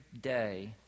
day